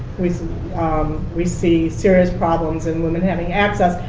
we um we see serious problems in women having access,